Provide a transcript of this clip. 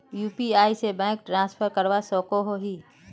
UPI से bank transfer करवा सकोहो ही?